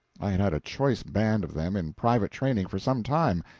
i had had a choice band of them in private training for some time,